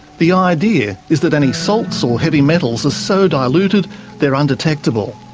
the idea is that any salts or heavy metals are so diluted they're undetectable.